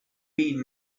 been